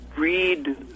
Read